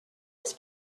was